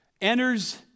enters